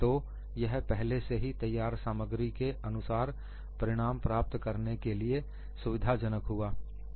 तो यह पहले से ही तैयार सामग्री के अनुसार परिणाम प्राप्त करने के लिए सुविधाजनक हुआ